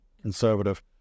conservative